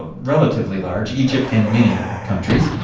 relatively large. egypt, and many countries.